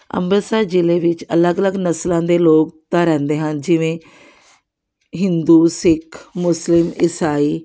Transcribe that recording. ਅੰਮ੍ਰਿਤਸਰ ਜ਼ਿਲ੍ਹੇ ਵਿੱਚ ਅਲੱਗ ਅਲੱਗ ਨਸਲਾਂ ਦੇ ਲੋਕ ਤਾਂ ਰਹਿੰਦੇ ਹਨ ਜਿਵੇਂ ਹਿੰਦੂ ਸਿੱਖ ਮੁਸਲਿਮ ਇਸਾਈ